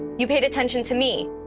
you paid attention to me.